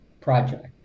project